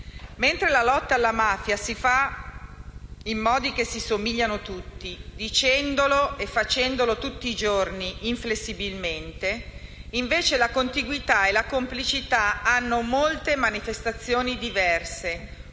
mentre la lotta alla mafia si fa in modi che si somigliano tutti, dicendolo e facendolo tutti i giorni, inflessibilmente, la contiguità e la complicità hanno molte manifestazioni diverse,